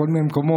בכל מיני מקומות.